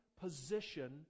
position